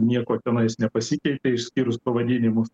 nieko tenais nepasikeitė išskyrus pavadinimus